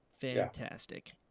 Fantastic